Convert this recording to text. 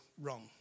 wrong